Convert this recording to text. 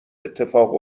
اتفاق